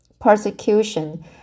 persecution